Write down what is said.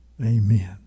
Amen